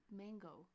mango